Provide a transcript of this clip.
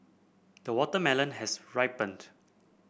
the watermelon has ripened